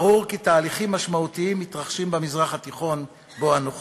ברור כי תהליכים משמעותיים מתרחשים במזרח התיכון שבו אנו חיים.